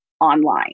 online